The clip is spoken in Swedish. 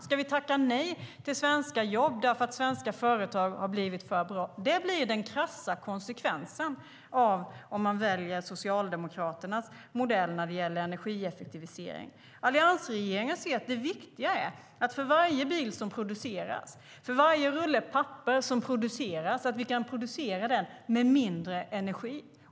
Ska vi tacka nej till svenska jobb för att svenska företag har blivit för bra? Det blir den krassa konsekvensen om man väljer Socialdemokraternas modell när det gäller energieffektivisering. Alliansregeringen anser att för varje bil och varje rulle papper som produceras är det viktigare att vi kan producera den med mindre energi.